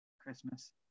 Christmas